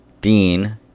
Dean